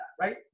right